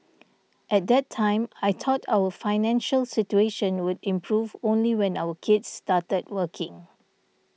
at that time I thought our financial situation would improve only when our kids started working